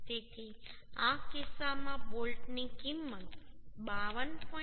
તેથી આ કિસ્સામાં બોલ્ટની કિંમત 52